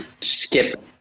skip